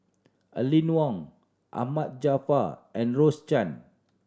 Aline Wong Ahmad Jaafar and Rose Chan